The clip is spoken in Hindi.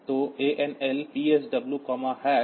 तो ANL PSW0xE7